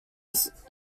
used